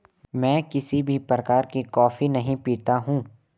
मैं किसी भी प्रकार की कॉफी नहीं पीता हूँ